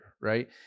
Right